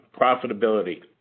profitability